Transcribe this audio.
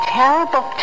terrible